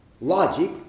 logic